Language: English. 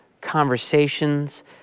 conversations